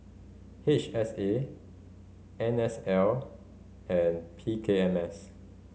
H S A N S L and P K M S